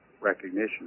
recognition